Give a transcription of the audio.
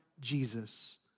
Jesus